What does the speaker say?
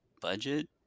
budget